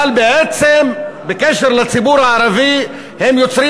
אבל בעצם בקשר לציבור הערבי הם יוצרים